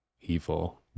evil